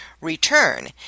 return